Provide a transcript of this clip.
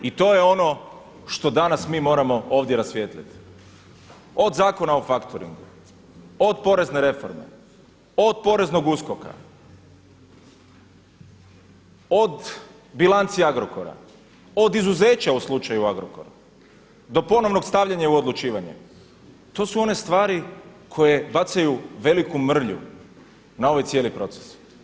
I to je ono što danas mi moramo ovdje rasvijetliti, od Zakona o faktoringu, od porezne reforme, od poreznog USKOK-a, od bilanci Agrokora, od izuzeća u slučaju Agrokora do ponovnog stavljanja u odlučivanje, to su one stvari koje bacaju veliku mrlju na ovaj cijeli proces.